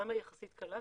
למה היא יחסית קלה?